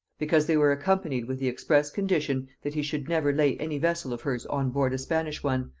because they were accompanied with the express condition that he should never lay any vessel of hers on-board a spanish one,